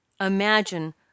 Imagine